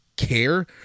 care